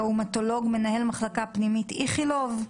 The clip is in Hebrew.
ראומטולוג, מנהל מחלקה פנימית באיכילוב,